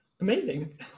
Amazing